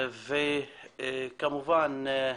כמובן,